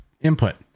input